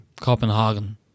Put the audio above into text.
Copenhagen